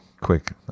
quick